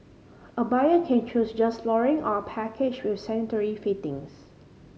a buyer can choose just flooring or a package with sanitary fittings